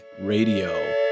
Radio